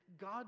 God